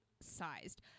sized